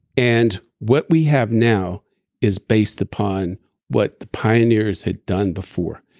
and what we have now is based upon what the pioneers had done before.